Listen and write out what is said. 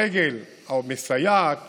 הרגל המסייעת